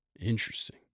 Interesting